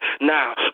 now